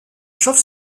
chauve